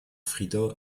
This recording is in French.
frida